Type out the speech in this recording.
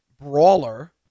brawler